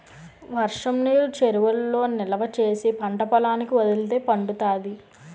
వర్షంనీరు చెరువులలో నిలవా చేసి పంటపొలాలకి వదిలితే పండుతాది